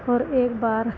और एक बार